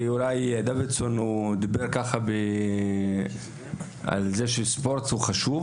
דוידסון דיבר על כך שספורט הוא חשוב.